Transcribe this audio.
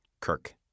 Kirk